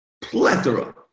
plethora